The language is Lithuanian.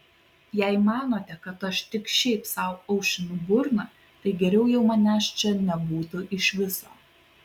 jei manote kad aš tik šiaip sau aušinu burną tai geriau jau manęs čia nebūtų iš viso